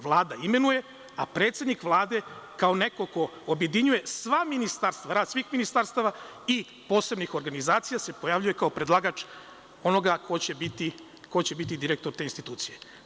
Vlada imenuje, a predsednik Vlade, kao neko ko objedinjuje sva ministarstva, rad svih ministarstava i posebnih organizacija, pojavljuje se kao predlagač onoga ko će biti direktor te institucije.